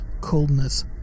coldness